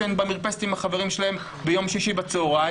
והתחושה לשטח הרפואי שמדובר בתרופה אמיתית ושיש צורך